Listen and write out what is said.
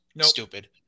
stupid